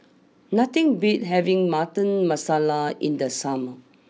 nothing beats having Butter Masala in the summer